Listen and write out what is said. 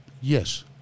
Yes